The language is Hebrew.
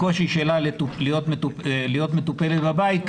יש לה קושי להיות מטופלת בבית כי